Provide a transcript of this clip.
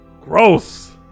gross